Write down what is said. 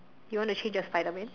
you wanna change your Spiderman